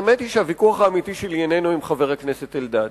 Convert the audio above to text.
האמת היא שהוויכוח האמיתי שלי איננו עם חבר הכנסת אלדד,